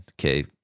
Okay